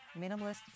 Minimalist